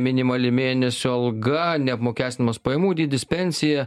minimali mėnesio alga neapmokestinamas pajamų dydis pensija